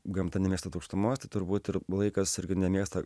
gamta nemėgsta tuštumos tai turbūt ir laikas irgi nemėgsta